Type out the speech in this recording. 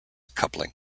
coupling